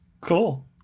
Cool